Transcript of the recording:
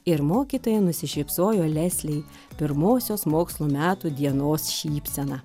ir mokytoja nusišypsojo leslei pirmosios mokslo metų dienos šypsena